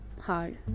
hard